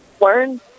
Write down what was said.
learn